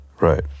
right